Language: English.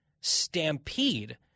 stampede